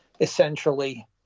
essentially